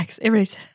erase